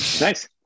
Nice